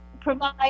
provide